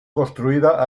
construida